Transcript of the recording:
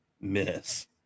miss